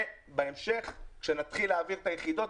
ובהמשך כשנתחיל להעביר את היחידות,